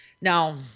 Now